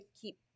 keep